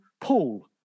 Paul